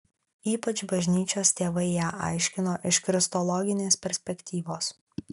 ypač bažnyčios tėvai ją aiškino iš kristologinės perspektyvos